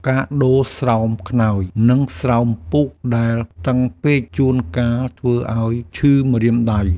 ការដូរស្រោមខ្នើយ និងស្រោមពូកដែលតឹងពេក ជួនកាលធ្វើឱ្យឈឺម្រាមដៃ។